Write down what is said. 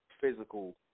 physical